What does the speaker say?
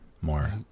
more